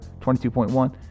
22.1